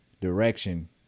direction